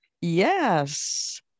Yes